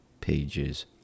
pages